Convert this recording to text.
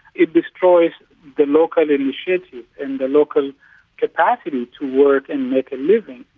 it destroys the local initiative and the local capacity to work and make a living.